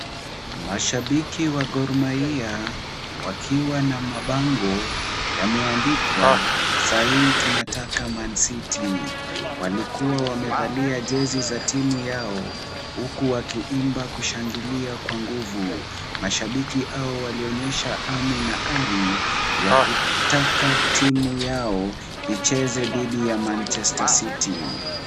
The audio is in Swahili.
Mashabiki wa Gormahia wakiwa na mabango yameandikwa "Saa hii tunataka Man City" walikuwa wamevalia jezi za timu yao huku wakiimba na kushangilia kwa nguvu. Mashabiki hao walionyesha hamu na ari ya kutaka timu yao icheze dhidi ya Manchester City.